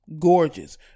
gorgeous